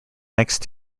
next